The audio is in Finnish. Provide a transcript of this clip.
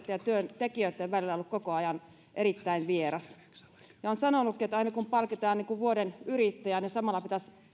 ja työntekijöitten välillä on ollut koko ajan erittäin vieras olen sanonutkin että aina kun palkitaan vuoden yrittäjä siinä samalla pitäisi